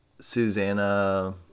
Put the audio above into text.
Susanna